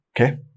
Okay